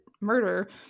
murder